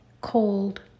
cold